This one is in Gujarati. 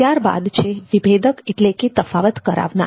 ત્યારબાદ છે વિભેદક એટલે કે તફાવત કરાવનાર